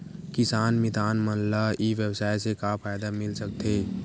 किसान मितान मन ला ई व्यवसाय से का फ़ायदा मिल सकथे?